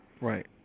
right